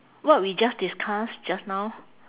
what we just discuss just now